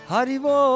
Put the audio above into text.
Haribo